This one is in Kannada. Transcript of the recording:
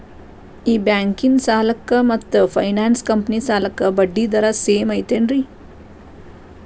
ಈ ಬ್ಯಾಂಕಿನ ಸಾಲಕ್ಕ ಮತ್ತ ಫೈನಾನ್ಸ್ ಕಂಪನಿ ಸಾಲಕ್ಕ ಬಡ್ಡಿ ದರ ಸೇಮ್ ಐತೇನ್ರೇ?